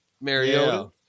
Mariota